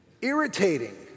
irritating